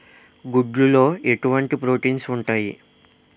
గుడ్లు లో ఎటువంటి ప్రోటీన్స్ ఉంటాయి?